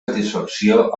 satisfacció